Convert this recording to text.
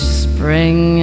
spring